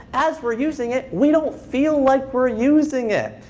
as we're using it, we don't feel like we're using it.